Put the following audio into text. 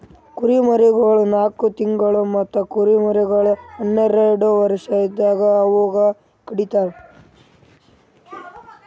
ಕುರಿಮರಿಗೊಳ್ ನಾಲ್ಕು ತಿಂಗುಳ್ ಮತ್ತ ಕುರಿಗೊಳ್ ಹನ್ನೆರಡು ವರ್ಷ ಇದ್ದಾಗ್ ಅವೂಕ ಕಡಿತರ್